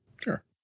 Sure